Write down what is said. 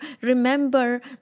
remember